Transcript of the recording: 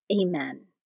Amen